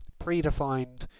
predefined